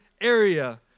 area